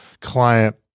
client